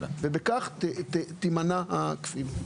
בכך תימנע הכפילות.